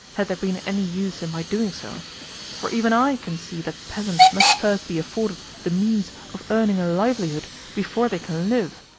had there been any use in my doing so for even i can see that peasants must first be afforded the means of earning a livelihood before they can live.